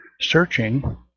Searching